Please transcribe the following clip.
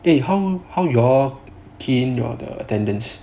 eh how how you all key in attendance